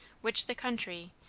which the country,